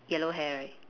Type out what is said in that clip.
yellow hair right